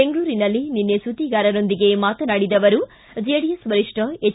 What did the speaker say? ಬೆಂಗಳೂರಿನಲ್ಲಿ ನಿನ್ನೆ ಸುದ್ದಿಗಾರರೊಂದಿಗೆ ಮಾತನಾಡಿದ ಅವರು ಜೆಡಿಎಸ್ ವರಿಷ್ಠ ಎಚ್